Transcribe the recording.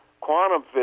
quantum